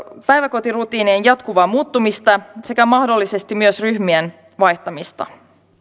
päiväkotirutiinien jatkuvaa muuttumista sekä mahdollisesti myös ryhmien vaihtamista